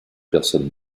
personnes